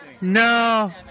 No